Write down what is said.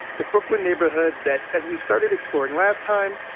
the brooklyn neighborhood that, as we started exploring last time,